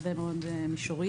בהרבה מאוד מישורים.